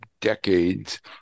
decades